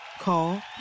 Call